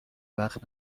وقت